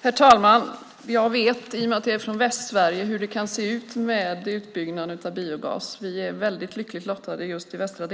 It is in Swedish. Herr talman! I och med att jag är från Västsverige vet jag hur utbyggnaden av biogas kan se ut. Vi i de västra delarna av Sverige är väldigt lyckligt lottade just när